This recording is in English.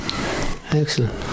Excellent